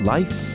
Life